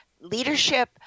leadership